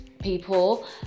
people